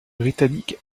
britannique